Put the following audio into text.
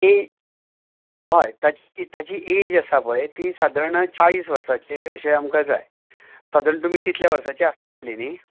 ती हय ताची ताजी एज आसा पळय ती सादारणांत चाळीस वर्सांची अशी आमकां जाय सादारण तुमी तितल्या वर्साची आसतली न्हय